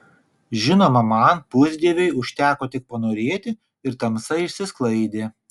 žinoma man pusdieviui užteko tik panorėti ir tamsa išsisklaidė